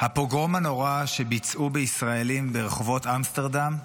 הפוגרום הנורא שביצעו בישראלים ברחובות אמסטרדם,